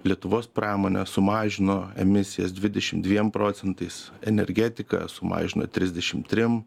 lietuvos pramonė sumažino emisijas dvidešimt dviem procentais energetika sumažino trisdešimt trim